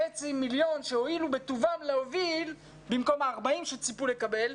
מיליון שהובילו בטובם להוביל במקום ה-40 שציפו לקבל.